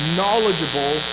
knowledgeable